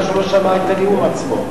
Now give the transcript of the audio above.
כיוון שהוא לא שמע את הנאום עצמו,